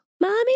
Mommy